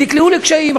והם נקלעו לקשיים.